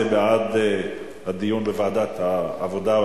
זה בעד הדיון בוועדת העבודה,